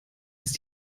ist